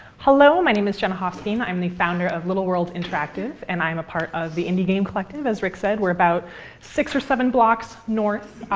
hello. my name is jenna hostein. i'm the founder of little world interactive, and i'm a part of the indie game collective, as rick said. we're about six or seven blocks north,